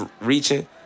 reaching